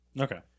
Okay